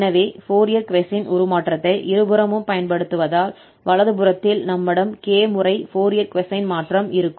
எனவே Fourier cosine உருமாற்றத்தை இருபுறமும் பயன்படுத்துவதால் வலது புறத்தில் நம்மிடம் k முறை ஃபோரியர் கொசைன் மாற்றம் இருக்கும்